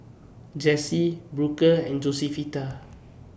Jessie Booker and Josefita